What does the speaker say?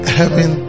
heaven